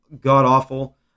god-awful